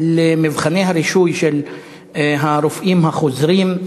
במבחני הרישוי של הרופאים החוזרים?